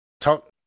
talk